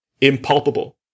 impalpable